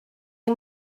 yng